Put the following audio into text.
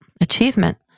achievement